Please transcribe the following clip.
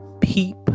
peep